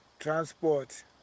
Transport